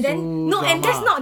so drama ah